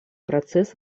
процесс